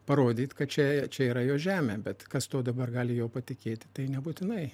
parodyt kad čia čia yra jo žemė bet kas tuo dabar gali juo patikėti tai nebūtinai